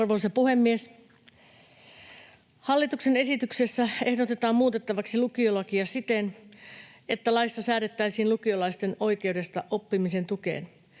Arvoisa puhemies! Hallituksen esityksessä ehdotetaan muutettavaksi lukiolakia siten, että laissa säädettäisiin lukiolaisten oikeudesta oppimisen tukeen.